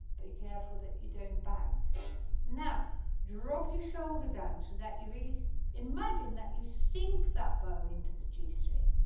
be careful that you don't bounce now drop your shoulder down so that you really imagine that you sink that bow into the g string,